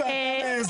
זה נתון.